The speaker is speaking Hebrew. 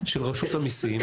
של רשות המיסים